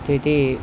સ્થિતિ